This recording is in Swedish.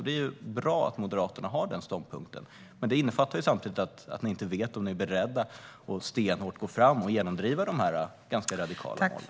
Det är bra att Moderaterna har den ståndpunkten, men det innebär samtidigt att ni inte vet om ni är beredda att stenhårt genomdriva de ganska radikala målen.